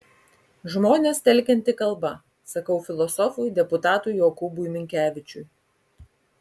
žmones telkianti kalba sakau filosofui deputatui jokūbui minkevičiui